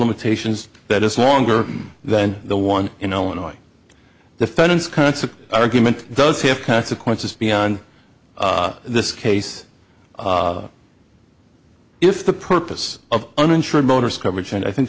limitations that is longer than the one in illinois defendants concept argument does have consequences beyond this case if the purpose of uninsured motorist coverage and i think